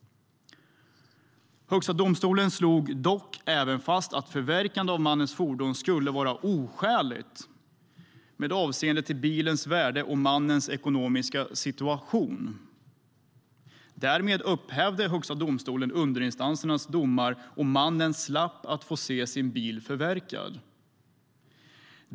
Högsta domstolen slog dock även fast att förverkande av mannens fordon skulle vara oskäligt med hänsyn till bilens värde och mannens ekonomiska situation. Därmed upphävde Högsta domstolens underinstansernas domar, och mannen slapp att se sin bil förverkad.